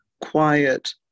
quiet